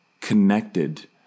connected